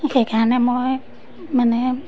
সেইকাৰণে মই মানে